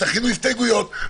תכינו הסתייגויות,